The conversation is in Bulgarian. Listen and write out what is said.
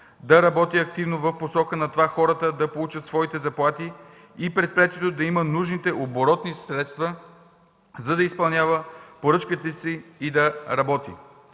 да работят активно в посока на това хората да получат своите заплати и предприятието да има нужните оборотни средства, за да изпълнява поръчките си и да работи.